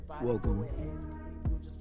welcome